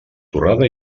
torrada